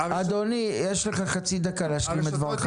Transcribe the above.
אדוני, יש לך חצי דקה להשלים את דברך.